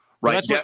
Right